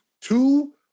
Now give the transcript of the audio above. two